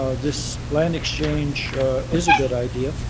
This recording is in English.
ah this land exchange is a good idea.